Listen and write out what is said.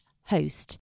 host